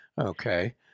Okay